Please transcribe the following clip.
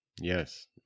Yes